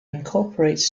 incorporates